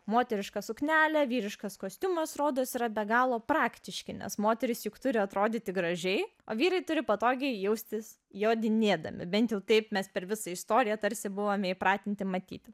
moteriška suknelė vyriškas kostiumas rodos yra be galo praktiški nes moterys juk turi atrodyti gražiai o vyrai turi patogiai jaustis jodinėdami bent jau taip mes per visą istoriją tarsi buvome įpratinti matyti